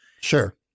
Sure